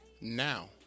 now